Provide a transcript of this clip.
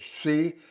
See